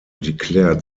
declared